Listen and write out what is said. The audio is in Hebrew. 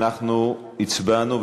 הצבענו,